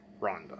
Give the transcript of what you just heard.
Rhonda